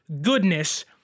goodness